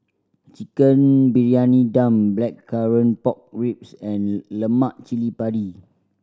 Chicken Briyani Dum Blackcurrant Pork Ribs and lemak cili padi